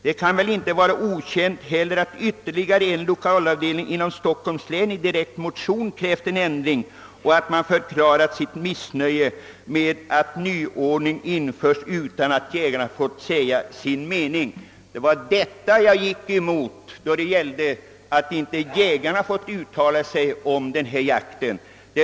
Det kan väl inte vara okänt heller att ytterligare en l1okalavdelning inom Stockholms län i direkt motion krävt en ändring och att man förklarat sitt missnöje med att nyordningen införts utan att jägarna fått säga sin mening.» Det var detta jag gick emot; jägarna hade inte tillräckligt fått uttala sig om den här jakten på råbock.